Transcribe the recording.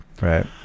Right